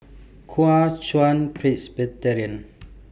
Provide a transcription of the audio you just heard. Kuo Chuan Presbyterian